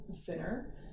thinner